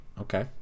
Okay